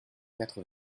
quatre